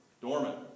Dormant